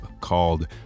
called